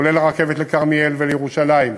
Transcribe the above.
כולל הרכבת לכרמיאל ולירושלים,